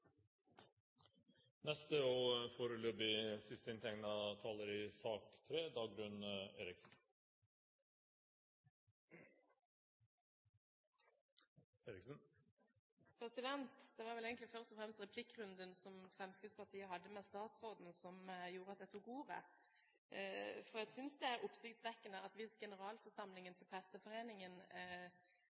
Det var egentlig først og fremst replikkrunden som Fremskrittspartiet hadde med statsråden, som gjorde at jeg tok ordet. Jeg synes at hvis generalforsamlingen til Presteforeningen nok en gang skulle ende opp med å si nei, er det oppsiktsvekkende at